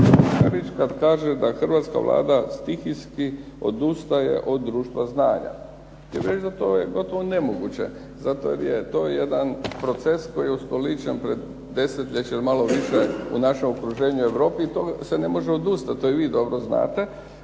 hrvatska Vlada stihijski odustaje od društva znanja. Htio bih reći da to je gotovo nemoguće, zato jer je to jedan proces koji je ustoličen pred desetljeće, malo više, u našem okruženju i u Europi i to se ne može odustati, to i vi dobro znate.